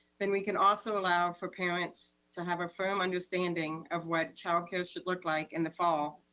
then we can also allow for parents to have a firm understanding of what childcare should look like in the fall.